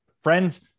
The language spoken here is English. friends